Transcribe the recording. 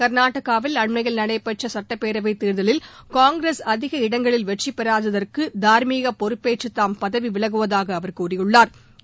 கர்நாடகாவில் அண்மையில் நடைபெற்ற சட்டப்பேரவைத் தேர்தலில் காங்கிரஸ் அதிக இடங்களில் வெற்றி பெறாததற்கு தாா்மீகப் பொறுப்பேற்று தாம் பதவி விலகுவதாக அவா் கூறியுள்ளாா்